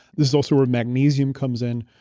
this is also where magnesium comes in,